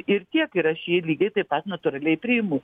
ir tiek ir aš jį lygiai taip pat natūraliai priimu